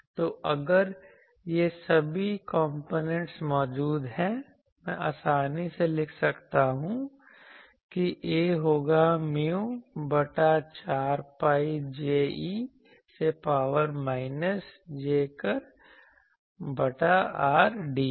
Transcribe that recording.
तो अगर ये सभी कॉम्पोनेंट मौजूद हैं मैं आसानी से लिख सकता हूं कि A होगा mu बटा 4 pi J e से पावर माइनस j kr बटा r dv